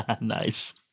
Nice